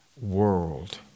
world